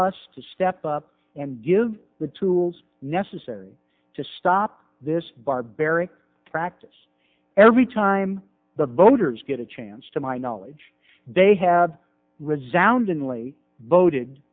us to step up and give the tools necessary to stop this barbaric practice every time the voters get a chance to my knowledge they have